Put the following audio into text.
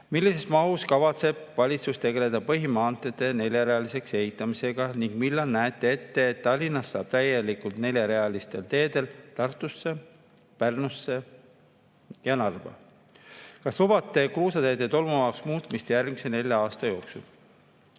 Millises mahus kavatseb valitsus tegeleda põhimaanteede neljarealiseks ehitamisega ning millal näete ette, et Tallinnast saab täielikult neljarealisel teel Tartusse, Pärnusse ja Narva? Kas lubate kruusateede tolmuvabaks muutmist järgmise nelja aasta jooksul?